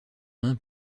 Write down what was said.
main